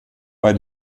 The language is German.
bei